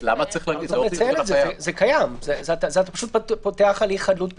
זה קיים, אתה פשוט פותח הליך חדלות פירעון.